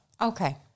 Okay